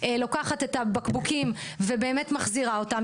לוקחת את הבקבוקים ובאמת מחזירה אותם.